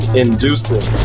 inducing